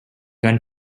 gun